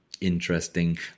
interesting